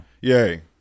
Yay